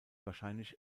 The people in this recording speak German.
wahrscheinlich